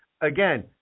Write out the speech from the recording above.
again